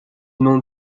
known